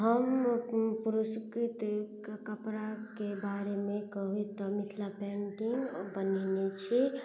हम पुरस्कृत कपड़ाके बारेमे कही तऽ मिथिला पेन्टिंग बनेने छी